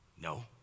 No